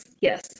yes